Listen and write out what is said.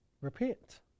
Repent